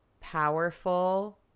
powerful